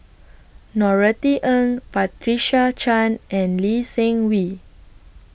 Norothy Ng Patricia Chan and Lee Seng Wee